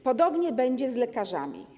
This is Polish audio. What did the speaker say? Podobnie będzie z lekarzami.